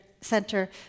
Center